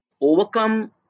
overcome